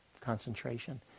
concentration